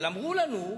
אבל אמרו לנו: